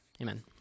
Amen